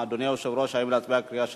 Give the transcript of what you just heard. אדוני היושב-ראש, האם להצביע בקריאה שלישית?